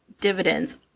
dividends